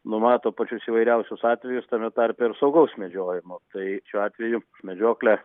numato pačius įvairiausius atvejus tame tarpe ir saugaus medžiojimo tai šiuo atveju medžioklė